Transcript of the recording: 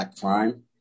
crime